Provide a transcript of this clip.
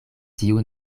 tiu